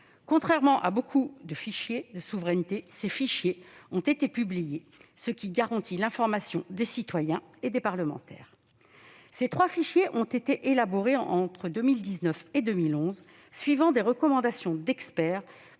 Contrairement à nombre de fichiers de souveraineté, ces fichiers ont été publiés, ce qui garantit l'information des citoyens et des parlementaires. Ces trois fichiers ont été élaborés entre 2009 et 2011, suivant les recommandations d'experts,